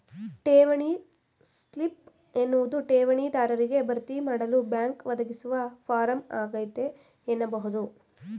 ಠೇವಣಿ ಸ್ಲಿಪ್ ಎನ್ನುವುದು ಠೇವಣಿ ದಾರರಿಗೆ ಭರ್ತಿಮಾಡಲು ಬ್ಯಾಂಕ್ ಒದಗಿಸುವ ಫಾರಂ ಆಗೈತೆ ಎನ್ನಬಹುದು